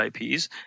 IPs